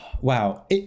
Wow